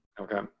Okay